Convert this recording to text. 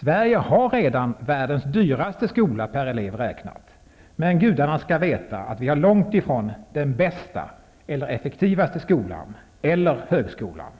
Sverige har redan världens dyraste skola per elev räknat, men gudarna skall veta att vi långt ifrån har den bästa och effektivaste skolan, eller högskolan.